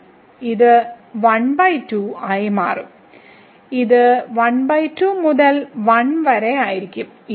ഇത് 12 ആയി മാറും ഇത് 12 മുതൽ 1 വരെ ആയിരിക്കും